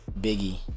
Biggie